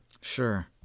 Sure